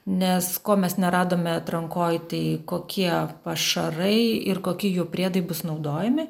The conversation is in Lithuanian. nes ko mes neradome atrankoj tai kokie pašarai ir kokie jų priedai bus naudojami